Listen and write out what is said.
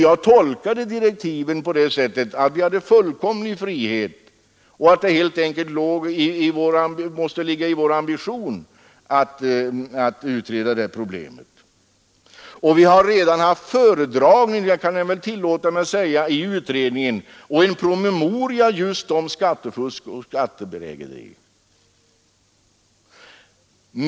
Jag tolkade direktiven så att vi hade fullkomlig frihet i det avseendet och att vår ambition helt enkelt måste vara att utreda det problemet. Vi har redan haft en föredragning — det kan jag väl tillåta mig att säga — inom utredningen om skattefusk och skattebedrägeri.